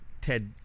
Ted